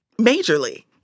Majorly